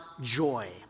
joy